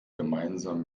gemeinsam